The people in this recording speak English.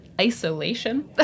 isolation